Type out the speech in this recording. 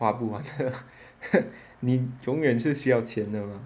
花不完的 你永远是需要钱的